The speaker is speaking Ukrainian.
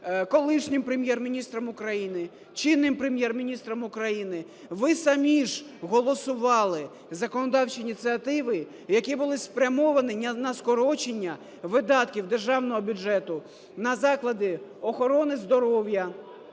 колишнім Прем'єр-міністром України, чинним Прем'єр-міністром України, ви самі ж голосували законодавчі ініціативи, які були спрямовані на скорочення видатків державного бюджету на заклади охорони здоров'я,